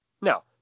Now